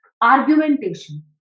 argumentation